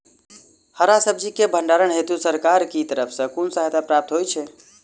हरा सब्जी केँ भण्डारण हेतु सरकार की तरफ सँ कुन सहायता प्राप्त होइ छै?